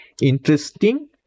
interesting